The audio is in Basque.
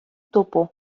topo